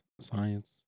science